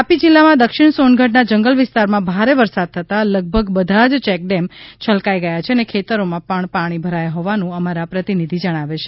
તાપી જિલ્લામાં દક્ષિણ સોનગઢના જંગલ વિસ્તારમાં ભારે વરસાદ થતાં લગભગ જ ચેક ડેમ છલકાઈ ગયા છે અને ખેતરોમાં પણ પાણી ભરાઈ ગયા હોવાનું અમારા પ્રતિનિધિ જણાવે છે